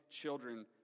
children